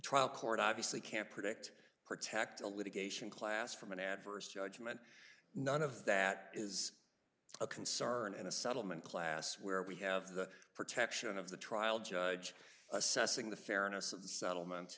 trial court obviously can't predict protect the litigation class from an adverse judgment none of that is a concern and a settlement class where we have the protection of the trial judge assessing the fairness of the settlement